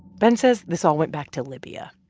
ben says this all went back to libya.